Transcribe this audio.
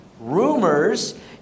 rumors